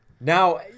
Now